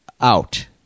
out